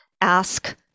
Ask